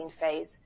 phase